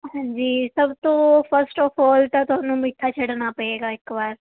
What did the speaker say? ਹਾਂਜੀ ਸਭ ਤੋਂ ਫਸਟ ਆਫ ਆਲ ਤਾਂ ਤੁਹਾਨੂੰ ਮਿੱਠਾ ਛੱਡਣਾ ਪਏਗਾ ਇੱਕ ਵਾਰ